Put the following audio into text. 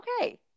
okay